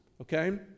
okay